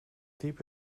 diep